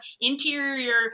interior